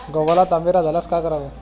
गव्हाला तांबेरा झाल्यास काय करावे?